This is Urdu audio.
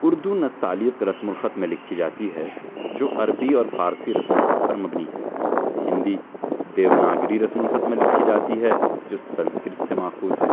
اردو نستعلیق رسم الخط میں لکھی جاتی ہے جو عربی اور فارسی رسم الخط پر مبنی ہے ہندی دیوناگری رسم الخط میں لکھی جاتی ہے جو سنسکرت سے ماخوذ ہے